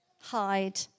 hide